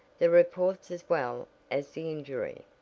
the reports as well as the injury.